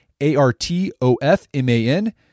A-R-T-O-F-M-A-N